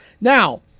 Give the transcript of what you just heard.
Now